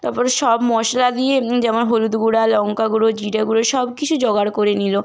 তাপরে সব মশলা দিয়ে যেমন হলুদ গুঁড়া লঙ্কা গুঁড়ো জিরে গুঁড়ো সব কিছু জোগাড় করে নিলো